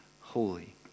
holy